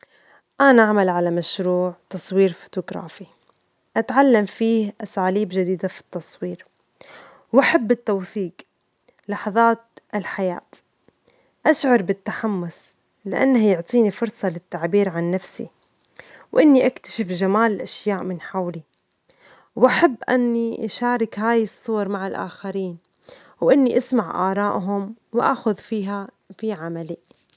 أنا أعمل على مشروع تصوير فوتوغرافي، أتعلم فيه أساليب جديدة في التصوير، وأحب التوثيج لحظات الحياة، أشعر بالتحمس لأنه يعطيني فرصة للتعبير عن نفسي وإني أكتشف جمال الأشياء من حولي، وأحب أني أشارك هاي الصور مع الآخرين وإني أسمع آرائهم وأخذ فيها في عملي.